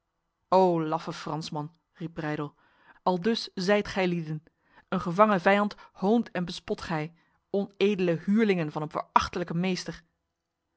o laffe fransman riep breydel aldus zijt gijlieden een gevangen vijand hoont en bespot gij onedele huurlingen van een verachtlijke meester